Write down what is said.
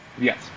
yes